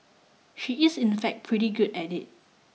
she is in fact pretty good at it